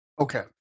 Okay